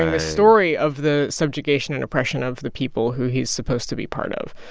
ah story of the subjugation and oppression of the people who he's supposed to be part of.